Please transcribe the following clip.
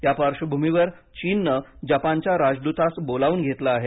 या पार्बभूमीवर चीनने जपानच्या राजदूतास बोलावून घेतलं आहे